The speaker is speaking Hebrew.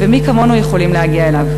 ומי כמונו יכולים להגיע אליו.